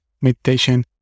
meditation